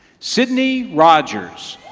sydney rogers.